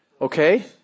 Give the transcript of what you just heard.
Okay